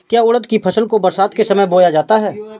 क्या उड़द की फसल को बरसात के समय बोया जाता है?